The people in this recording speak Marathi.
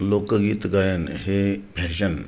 लोकगीत गायन हे फॅशन